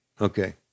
Okay